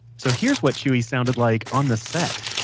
so here's what chewie sounded like on the set